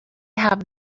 have